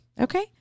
okay